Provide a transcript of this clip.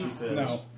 No